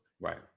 Right